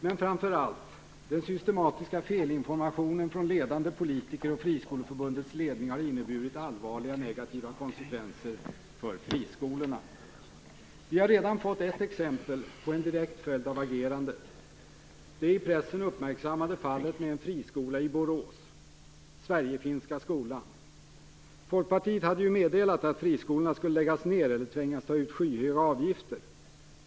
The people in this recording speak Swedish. Men framför allt har den systematiska felinformationen från ledande politiker och från Friskoleförbundets ledning inneburit allvarliga negativa konsekvenser för friskolorna. Vi har redan fått ett exempel på en direkt följd av agerandet. Det är det i pressen uppmärksammade fallet med en friskola i Borås, Sverigefinska skolan. Folkpartiet hade meddelat att friskolorna skulle läggas ned eller tvingas ta ut skyhöga avgifter.